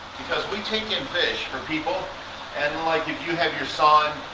because we take in fish for people and like if you have your son,